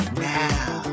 now